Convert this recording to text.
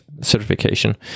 certification